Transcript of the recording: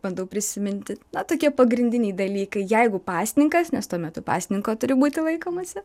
bandau prisiminti na tokie pagrindiniai dalykai jeigu pasninkas nes tuo metu pasninko turi būti laikomasi